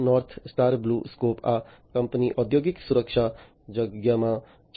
north Star BlueScope આ કંપની ઔદ્યોગિક સુરક્ષા જગ્યામાં છે